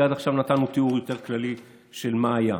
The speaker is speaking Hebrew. כי עד עכשיו נתנו תיאור יותר כללי של מה היה.